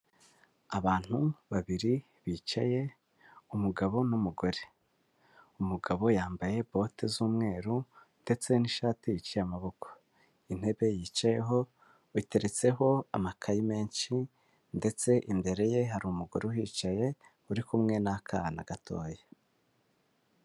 Abantu babiri bicaye umugabo n'umugore, umugabo yambaye bote z'umweru ndetse n'ishati iciye amaboko, intebe yicayeho iteretseho amakayi menshi ndetse imbere ye hari umugore wicaye uri kumwe n'akana gatoya.